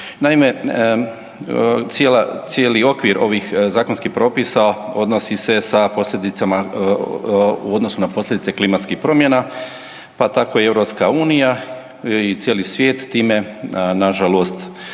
cijela, cijeli okvir ovih zakonskih propisa odnosi se sa posljedicama u odnosu na posljedice klimatskih promjena, pa tako i EU i cijeli svijet time nažalost